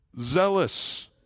zealous